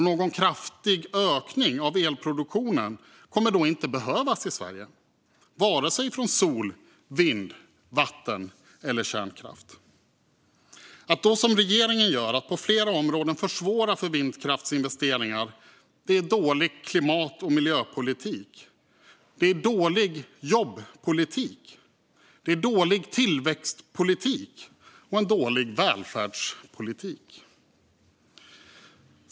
Någon kraftig ökning av elproduktionen kommer då inte att behövas i Sverige, vare sig från solkraft, vindkraft, vattenkraft eller kärnkraft. Att då, som regeringen gör, på flera områden försvåra för vindkraftsinvesteringar är dålig klimat och miljöpolitik, dålig jobbpolitik, dålig tillväxtpolitik och dålig välfärdspolitik.